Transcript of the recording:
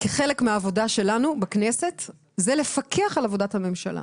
חלק מהעבודה שלנו בכנסת זה לפקח על עבודת הממשלה,